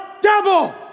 devil